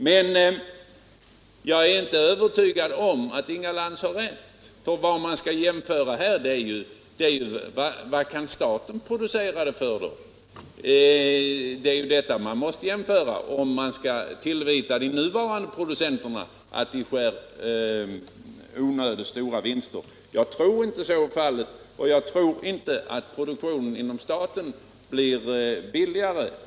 Men jag är inte övertygad om att Inga sendets centrala och Lantz har rätt. Det man skall jämföra med är ju vad det skulle kosta — regionala myndig om staten producerade läromedlen. Man måste göra en sådan jämförelse = heter m.m. om man tillvitar de nuvarande producenterna att de gör onödigt stora vinster. Jag tror inte att så är fallet, och jag tror inte att en statlig pro | duktion blir billigare.